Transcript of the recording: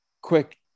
quick